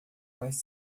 mais